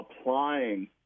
applying